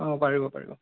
অঁ পাৰিব পাৰিব